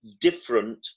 different